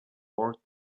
port